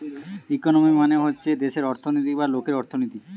economy মানে হচ্ছে দেশের অর্থনৈতিক বা লোকের অর্থনীতি